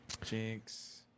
Jinx